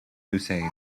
hussein